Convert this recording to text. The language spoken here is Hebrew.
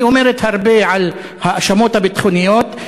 היא אומרת הרבה על ההאשמות הביטחוניות,